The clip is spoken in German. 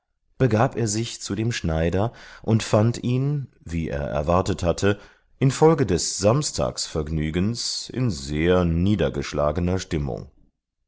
begab er sich zu dem schneider und fand ihn wie er erwartet hatte infolge des samstagsvergnügens in sehr niedergeschlagener stimmung